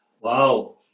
Wow